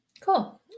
cool